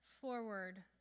forward